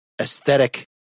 aesthetic